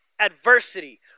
adversity